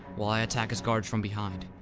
while i attack his guards from behind.